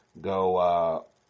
go